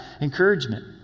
encouragement